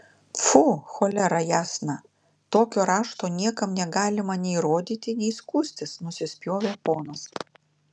pfu cholera jasna tokio rašto niekam negalima nei rodyti nei skųstis nusispjovė ponas